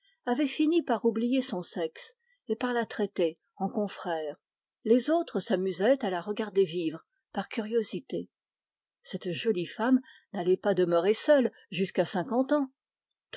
avaient fini par oublier son sexe et par la traiter en confrère les autres s'amusaient à la regarder vivre par curiosité cette jolie femme n'allait pas demeurer seule jusqu'à cinquante ans